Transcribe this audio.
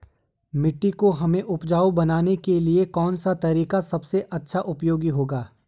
मिट्टी को हमें उपजाऊ बनाने के लिए कौन सा तरीका सबसे अच्छा उपयोगी होगा?